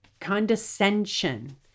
condescension